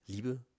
Liebe